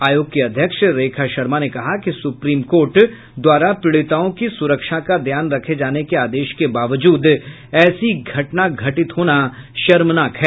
आयोग की अध्यक्ष रेखा शर्मा ने कहा कि सुप्रीम कोर्ट द्वारा पीड़िताओं की सुरक्षा का ध्यान रखे जाने के आदेश के बावजूद ऐसी घटना घटित होना शर्मनाक है